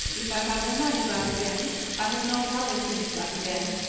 if i have the money back again, i have not other things back again,